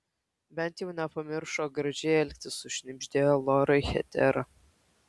bent jau nepamiršo gražiai elgtis sušnibždėjo lorai hetera